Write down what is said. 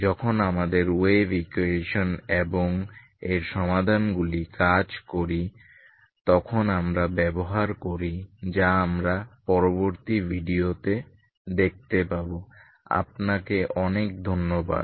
যখন আমাদের wave equation এবং এর সমাধানগুলি কাজ করি তখন আমরা ব্যবহার করি যা আমরা পরবর্তী ভিডিওতে দেখতে পাব আপনাকে অনেক ধন্যবাদ